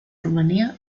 rumania